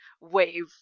wave